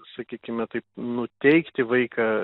sakykime taip nuteikti vaiką